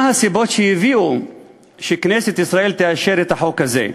מה היו הסיבות שהביאו את כנסת ישראל לאשר את החוק הזה?